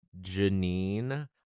janine